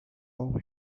all